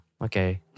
okay